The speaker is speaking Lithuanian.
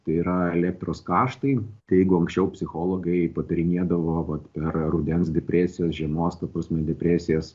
tai yra elektros karštai tai jeigu anksčiau psichologai patarinėdavo vat per rudens depresijas žiemos ta prasme depresijas